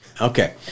Okay